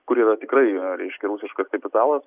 kur yra tikrai reiškia rusiškas kapitalas